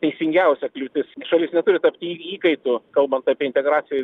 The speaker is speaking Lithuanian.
teisingiausia kliūtis šalis neturi tapti įkaitu kalbant apie integraciją